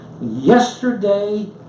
yesterday